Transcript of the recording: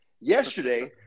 Yesterday